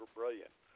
brilliant